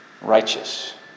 righteous